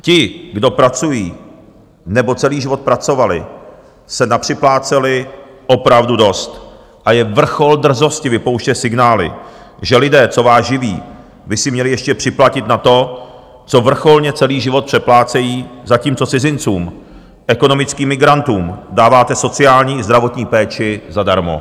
Ti, kdo pracují nebo celý život pracovali, se napřipláceli opravdu dost a je vrchol drzosti vypouštět signály, že lidé, co vás živí, by si měli ještě připlatit na to, co vrcholně celý život přeplácejí, zatímco cizincům, ekonomickým migrantům, dáváte sociální i zdravotní péči zadarmo.